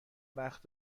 وقت